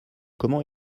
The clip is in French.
comment